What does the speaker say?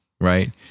right